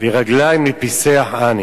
ורגליים לפיסח אני.